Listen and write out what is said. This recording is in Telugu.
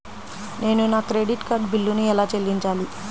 నేను నా క్రెడిట్ కార్డ్ బిల్లును ఎలా చెల్లించాలీ?